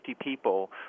people